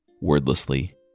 Wordlessly